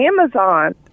Amazon